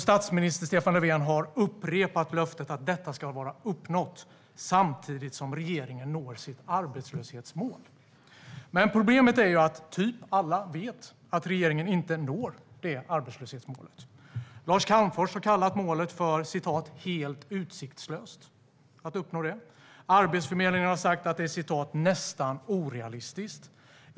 Statsminister Stefan Löfven har upprepat löftet att detta ska vara uppnått samtidigt som regeringen når sitt arbetslöshetsmål. Problemet är att - typ - alla vet att regeringen inte når det arbetslöshetsmålet. Lars Calmfors har kallat målet "helt utsiktslöst" att uppnå. Arbetsförmedlingen har sagt att det är "nästan orealistiskt".